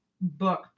book